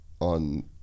on